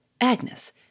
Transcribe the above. Agnes